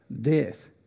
death